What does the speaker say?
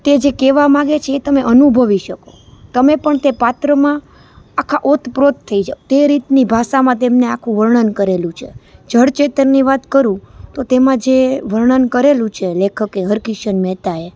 તે જે કહેવા માંગે છે એ તમે અનુભવી શકો છો તમે પણ તે પાત્રમાં આખા ઓતપ્રોત થઈ જાઓ તે રીતની ભાષામાં તેનું વર્ણન કરેલું છે જડ ચેતનની વાત કરું તો તેમાં જે વર્ણન કરેલું છે લેખકે હરકિશન મેહતાએ